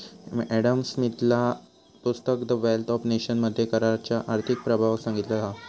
Adam स्मिथचा पुस्तक the wealth of nation मध्ये कराच्या आर्थिक प्रभावाक सांगितला हा